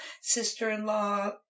sister-in-law